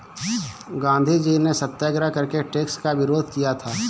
गांधीजी ने सत्याग्रह करके टैक्स का विरोध किया था